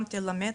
גם תלמד,